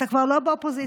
אתה כבר לא באופוזיציה,